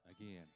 again